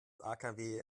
akw